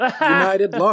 United